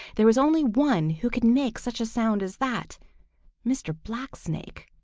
there was only one who could make such a sound as that mr. blacksnake.